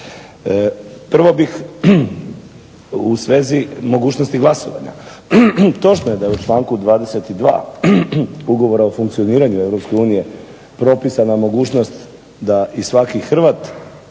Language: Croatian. Prvo bih u svezi mogućnosti glasovanja. Točno je da je u članku 22. Ugovora o funkcioniranju Europske unije propisana mogućnost da i svaki Hrvat,